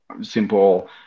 simple